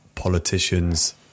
politicians